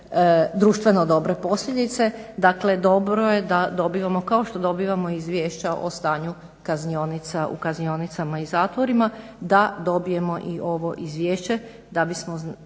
društveno dobre posljedice, dakle dobro je da dobivamo kao što dobivamo izvješća o stanju u kaznionicama i zatvorima da dobijemo i ovo izvješće da bismo